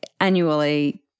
annually